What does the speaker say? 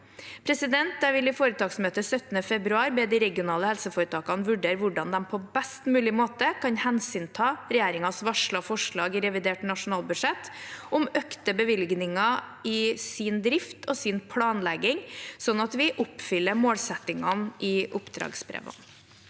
grad. Jeg vil i foretaksmøtet 17. februar be de regionale helseforetakene vurdere hvordan de på best mulig måte kan hensynta regjeringens varslede forslag i revidert nasjonalbudsjett om økte bevilgninger i sin drift og sin planlegging, slik at vi oppfyller målsettingene i oppdragsbrevene.